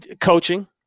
Coaching